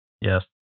Yes